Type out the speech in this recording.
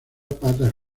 patas